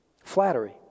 Flattery